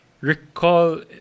recall